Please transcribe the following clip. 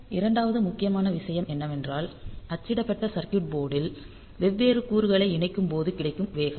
இரண்டாவது முக்கியமான விஷயம் என்னவென்றால் அச்சிடப்பட்ட சர்க்யூட் போர்டில் வெவ்வேறு கூறுகளை இணைக்கும் போது கிடைக்கும் வேகம்